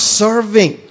serving